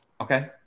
Okay